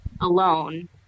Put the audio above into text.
alone